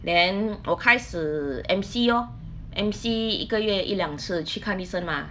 then 我开始 M_C lor M_C 一个月一两次去看医生 mah